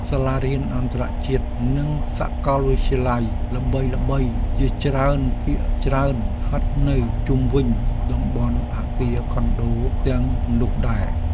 សាលារៀនអន្តរជាតិនិងសាកលវិទ្យាល័យល្បីៗជាច្រើនភាគច្រើនស្ថិតនៅជុំវិញតំបន់អគារខុនដូទាំងនោះដែរ។